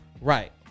Right